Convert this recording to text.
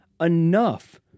enough